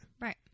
Right